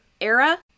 era